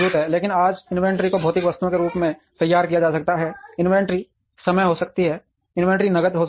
लेकिन आज इन्वेंट्री को भौतिक वस्तुओं के रूप में तैयार किया जा सकता है इन्वेंट्री समय हो सकती है इन्वेंट्री नकद हो सकती है